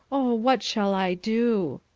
o what shall i do?